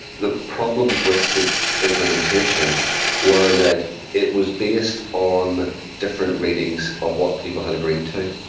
the problems with the implementation were that it was based on different readings of what people had agreed to.